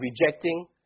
rejecting